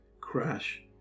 crash